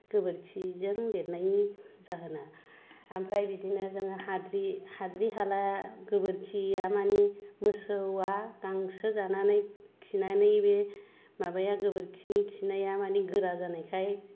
गोबोरखिजों लेरनायनि जाहोना ओमफ्राय बिदिनो जोङो हाद्रि हाद्रि हाला गोबोरखिया माने मोसौआ गांसो जानानै खिनानै बे माबाया गोबोरखिनि खिनाया माने गोरा जानायखाय